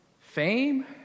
fame